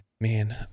Man